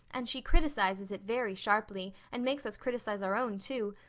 and she criticizes it very sharply and makes us criticize our own too.